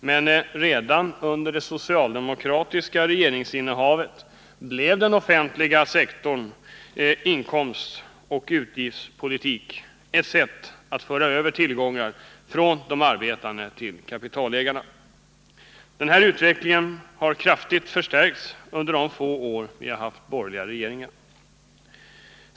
Men redan under det socialdemokratiska regeringsinnehavet blev den offentliga sektorns inkomst och utgiftspolitik ett sätt att föra över tillgångar från de arbetande till kapitalägarna. Denna utveckling har kraftigt förstärkts under de få år som vi har haft borgerliga regeringar.